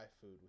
food